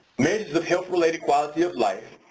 measures of health related quality of life,